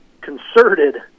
concerted